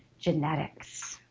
genetics.